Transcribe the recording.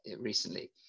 recently